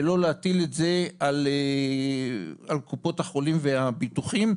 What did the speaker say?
ולא להטיל את זה על קופות החולים והביטוחים,